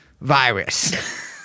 virus